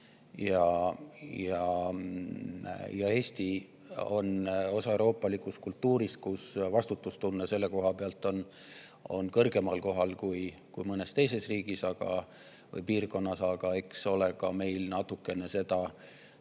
Ja Eesti on osa euroopalikust kultuurist, kus vastutustunne on selle koha pealt [suurem] kui mõnes teises riigis või piirkonnas. Aga eks ole ka meil natuke süüd